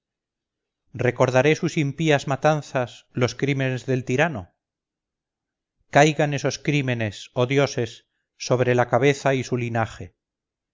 recordaré sus impías matanzas los crímenes del tirano caigan esos crímenes oh dioses sobre la cabeza y su linaje